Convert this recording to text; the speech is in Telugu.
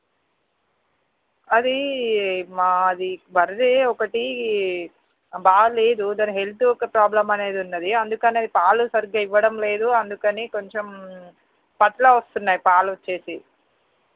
అదీ మాది బర్రె ఒకటి బాగలేదు దాని హెల్త్ యొక్క ప్రాబ్లం అనేది ఉన్నది అందుకని అది పాలు సరిగ్గా ఇవ్వడం లేదు అందుకని కొంచెం పతలా వస్తున్నాయి పాలు వచ్చేసి